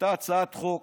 הייתה הצעת חוק